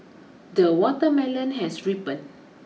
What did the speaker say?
the watermelon has ripened